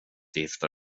gifta